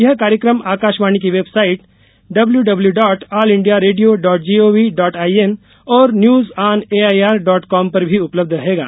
यह कार्यक्रम आकाशवाणी की website W W dot all India radio dot G O V dot I N और news on AIR dot com पर भी उपलब्ध रहेगा